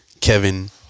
Kevin